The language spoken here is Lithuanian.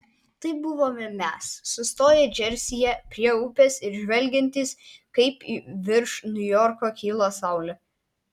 tai buvome mes sustoję džersyje prie upės ir žvelgiantys kaip virš niujorko kyla saulė